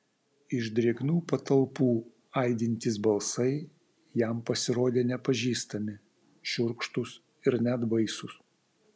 iš drėgnų patalpų aidintys balsai jam pasirodė nepažįstami šiurkštūs ir net baisūs